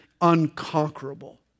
unconquerable